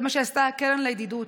זה מה שעשתה הקרן לידידות,